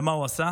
ומה הוא עשה?